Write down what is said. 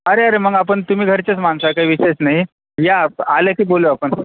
अरे अरे मग आपण तुम्ही घरचेच माणसं आहे काही विषयच नाही या आले की बोलू आपण